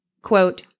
Quote